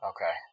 Okay